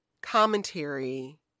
commentary